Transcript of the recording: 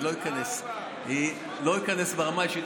אני לא איכנס ברמה האישית,